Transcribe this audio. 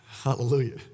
Hallelujah